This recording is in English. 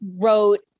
wrote